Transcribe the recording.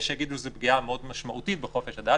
יש שיגידו שזאת פגיעה מאוד משמעותית בחופש הדת,